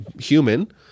human